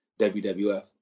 WWF